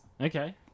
Okay